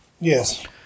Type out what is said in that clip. yes